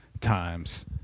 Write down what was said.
times